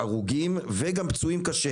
הרוגים וגם פצועים קשה